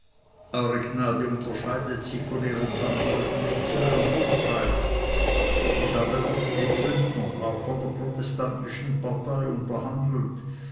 unterscheidet sich von ihren landsleuten nicht zu ihrem vorteil ich habe oft mit bündnern auch von der protestantischen partei unterhandelt